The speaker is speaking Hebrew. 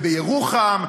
בירוחם,